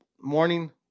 morning